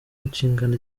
inshingano